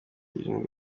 indwi